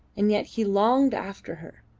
and yet he longed after her.